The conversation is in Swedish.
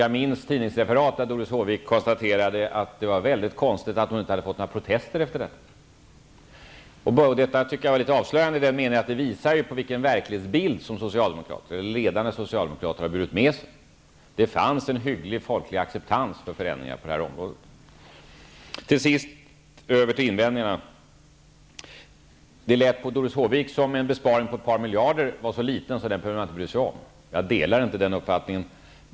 Jag minns tidningsreferat där Doris Håvik konstaterade att det var mycket konstigt att hon inte fått några protester efter detta. Det tycker jag var litet avslöjande i den meningen att det visar på vilken verklighetsbild som ledande socialdemokrater har burit med sig. Det fanns en hygglig folklig acceptans för förändringar på det här området. Jag skall till sist beröra invändningarna. Det lät på Doris Håvik som om en besparing på ett par miljarder var så liten att den behövde man inte bry sig om. Jag delar inte den uppfattningen.